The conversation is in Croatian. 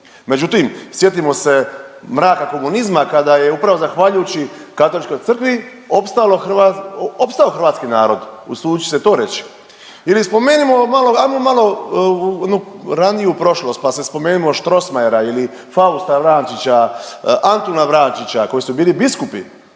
Međutim, sjetimo se mraka komunizma kada je upravo zahvaljujući Katoličkoj Crkvi opstalo, opstao hrvatski narod usudit ću se to reći ili spomenimo malo ajmo malo u onu raniju prošlost pa sam spomenuo Strossmayera ili Fausta Vrančića, Antuna Vrančića koji su bili biskupi,